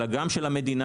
אלא גם של המדינה,